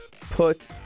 put